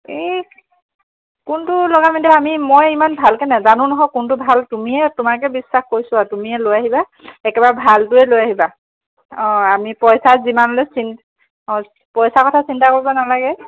এই কোনটো লগাম এতিয়া আমি মই ইমান ভালকে নেজানো নহয় কোনটো ভাল তুমিয়ে তোমাকে বিশ্বাস কৰিছোঁ আৰু তুমিয়ে লৈ আহিবা একেবাৰে ভালটোৱে লৈ আহিবা অঁ আমি পইচা যিমানলৈ পইচাৰ কথা চিন্তা কৰিব নালাগে